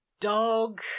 dog